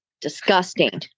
Disgusting